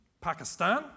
Pakistan